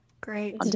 great